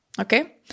okay